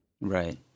right